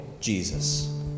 Jesus